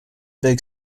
big